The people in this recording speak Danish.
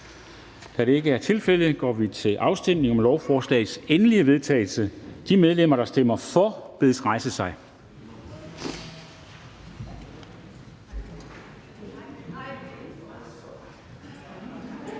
Dam Kristensen): Der stemmes om lovforslagets endelige vedtagelse. De medlemmer, der stemmer for, bedes rejse sig.